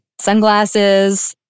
sunglasses